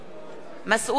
מסעוד גנאים,